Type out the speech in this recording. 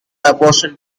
abortion